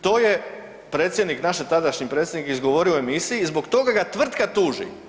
To je predsjednik, naš tadašnji predsjednik izgovorio u emisiji, zbog toga ga tvrtka tuži.